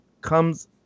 comes